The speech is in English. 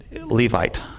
Levite